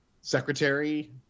secretary